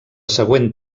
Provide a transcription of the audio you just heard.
següent